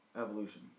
evolution